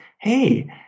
hey